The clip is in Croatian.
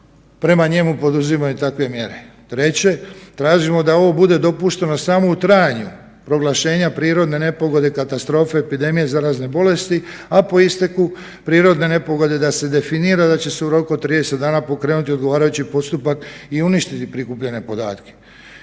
prema njemu poduzimaju takve mjere. Treće tražimo da ovo bude dopušteno samo u trajanju proglašenja prirodne nepogode, katastrofe, epidemije, zarazne bolesti, a po isteku prirodne nepogode da se definira da će se u roku od 30 dana pokrenuti odgovarajući postupak i uništiti prikupljene podatke.